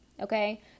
okay